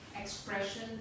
expression